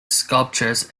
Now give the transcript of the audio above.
sculptures